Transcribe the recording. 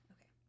Okay